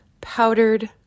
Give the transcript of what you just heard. powdered